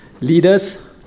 leaders